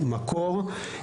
מקור,